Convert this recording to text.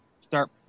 start